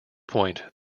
point